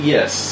Yes